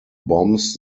bombs